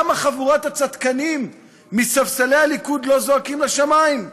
למה חבורת הצדקנים מספסלי הליכוד לא זועקים לשמים?